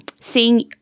seeing